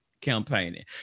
campaigning